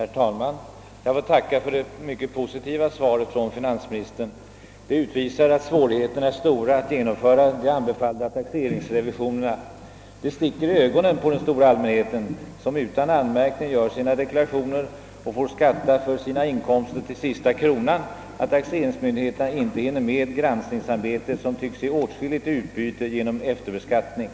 Herr talman! Jag får tacka för det mycket positiva svaret från finansministern. Det visar att svårigheterna är stora att genomföra de anbefallda taxeringsrevisionerna. Det sticker i ögonen på den stora allmänheten, som utan anmärkning gör sina deklarationer och får skatta för sina inkomster till sista kronan, att taxeringsmyndigheterna inte hinner med granskningsarbete som tycks ge åtskilligt i utbyte genom efterbeskattning.